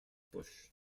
bush